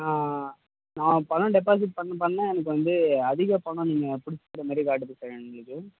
நான் பணம் டெப்பாசிட் பண்ண பண்ண எனக்கு வந்து அதிக பணம் நீங்கள் பிடிச்சக்குற மாதிரி காட்டுது சார் எங்களுக்கு